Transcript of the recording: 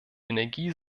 energie